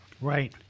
Right